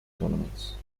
tournaments